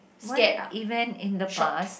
what event in the past